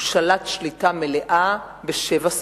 הוא שלט שליטה מלאה בשבע שפות.